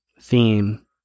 theme